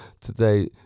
today